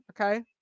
okay